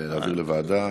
להעביר לוועדה?